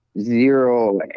zero